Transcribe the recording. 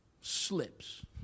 slips